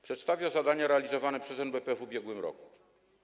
Przedstawia ono zadania realizowane przez NBP w ubiegłym roku.